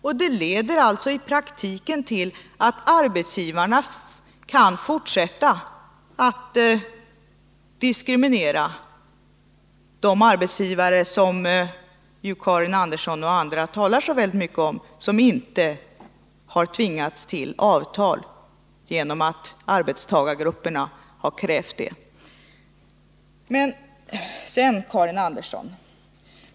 Och det leder i praktiken till att arbetsgivarna kan fortsätta att diskriminera, de arbetsgivare som Karin — Jämställdhet mel Andersson och andra talar så mycket om, de arbetsgivare som inte har — Jan kvinnor och tvingats till avtal genom att arbetstagargrupperna har krävt det.